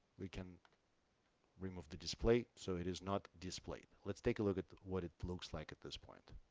we can remove the display so it is not displayed let's take a look at what it looks like at this point